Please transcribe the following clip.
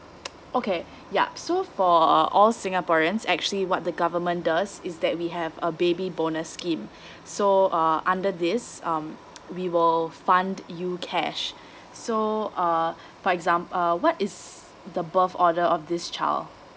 okay yup so for all singaporeans actually what the government does is that we have a baby bonus scheme so uh under this um we will fund you cash so uh for exam~ uh what is the birth order of this child